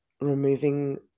removing